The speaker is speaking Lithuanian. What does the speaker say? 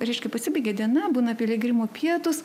reiškia pasibaigė diena būna piligrimų pietūs